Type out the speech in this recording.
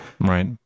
Right